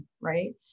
Right